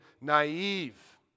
naive